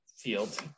Field